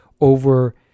over